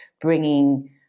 bringing